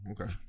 okay